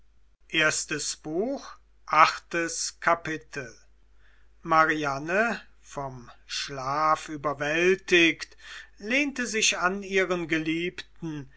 achtes kapitel mariane vom schlaf überwältigt lehnte sich an ihren geliebten